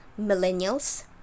millennials